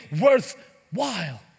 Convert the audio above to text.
worthwhile